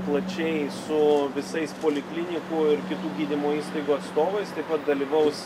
plačiai su visais poliklinikų ir kitų gydymo įstaigų atstovais taip pat dalyvaus